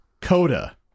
coda